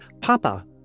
Papa